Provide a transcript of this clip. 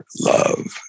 love